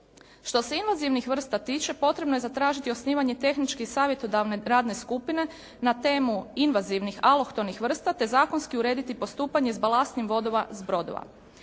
Što se inozemnih vrste tiče potrebno je zatražiti osnivanje tehnički savjetodavne radne skupine, na temu invazivnih alohtonih vrsta te zakonski urediti postupanje sa balansnim vodama s brodova.